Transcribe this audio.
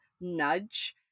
nudge